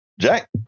jack